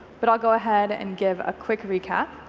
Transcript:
but i'll go ahead and give a quick recap.